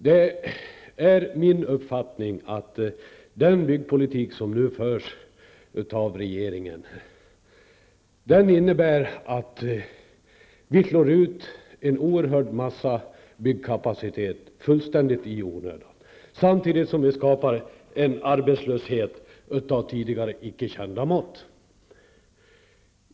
Det är min uppfattning att den byggpolitik som regeringen nu för innebär att en oerhörd mängd byggkapacitet fullständigt i onödan slås ut samtidigt som det skapar en arbetslöshet av tidigare icke kända mått.